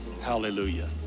Hallelujah